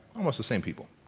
almost the same people,